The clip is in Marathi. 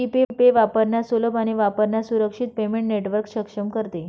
जी पे वापरण्यास सुलभ आणि वापरण्यास सुरक्षित पेमेंट नेटवर्क सक्षम करते